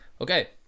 Okay